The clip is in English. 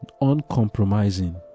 uncompromising